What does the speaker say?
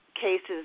cases